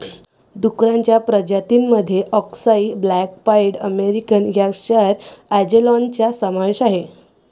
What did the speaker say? डुक्करांच्या प्रजातीं मध्ये अक्साई ब्लॅक पाईड अमेरिकन यॉर्कशायर अँजेलॉनचा समावेश आहे